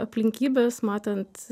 aplinkybes matant